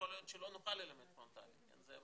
להיות שלא נוכל ללמד פרונטלית, זו המציאות,